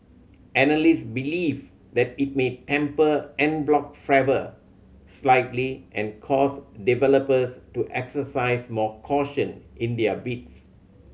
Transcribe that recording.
analysts believe that it may temper en bloc fervour slightly and cause developers to exercise more caution in their bids